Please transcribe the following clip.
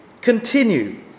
continue